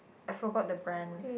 I forgot the brand